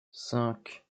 cinq